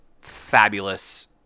fabulous